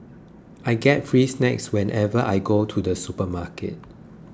I get free snacks whenever I go to the supermarket